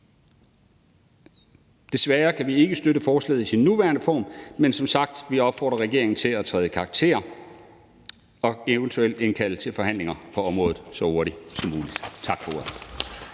Desværre kan vi ikke støtte forslaget i sin nuværende form, men som sagt opfordrer vi regeringen til at træde i karakter og eventuelt indkalde til forhandlinger på området så hurtigt som muligt. Tak for ordet.